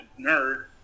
nerd